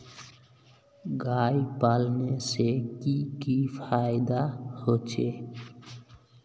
गाय पालने से की की फायदा होचे?